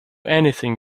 anything